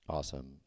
Awesome